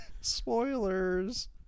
Spoilers